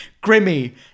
Grimmy